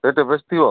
ସେଇଟା ବସି ଥିବ